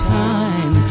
time